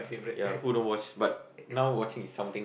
ya who don't watch but now watching is something